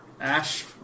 Ash